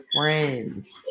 friends